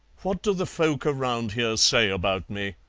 what do the folk around here say about me?